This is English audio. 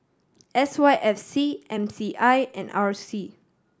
S Y F C M C I and R C